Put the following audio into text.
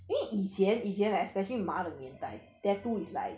月底前几天 like especially 妈的年代 tattoo is like